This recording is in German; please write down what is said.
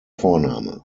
vorname